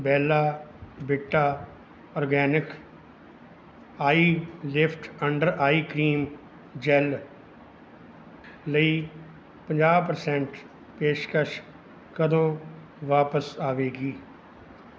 Bella Vita Organic eye lift under eye cream gel ਲਈ ਪੰਜਾਹ percent ਪੇਸ਼ਕਸ਼ ਕਦੋਂ ਵਾਪਸ ਆਵੇਗੀ